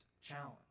challenge